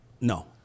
No